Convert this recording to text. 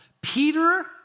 Peter